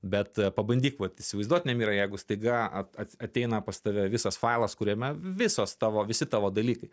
bet pabandyk vat įsivaizduot nemira jeigu staiga ateina pas tave visas failas kuriame visos tavo visi tavo dalykai